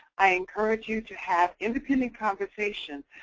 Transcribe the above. i encourage you to have independent conversations,